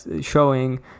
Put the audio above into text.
showing